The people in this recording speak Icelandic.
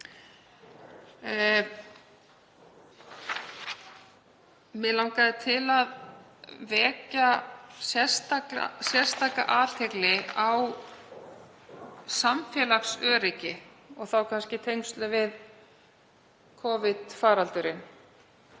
Mig langaði til að vekja sérstaka athygli á samfélagsöryggi og þá í tengslum við Covid-faraldurinn.